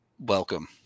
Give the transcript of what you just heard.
Welcome